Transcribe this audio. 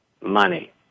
money